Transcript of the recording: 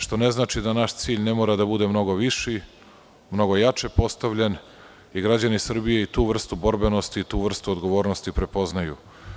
Što ne znači da naš cilj ne mora da bude mnogo viši, mnogo jače postavljen, i građani Srbije i tu vrstu borbenosti i tu vrstu odgovornosti prepoznaju.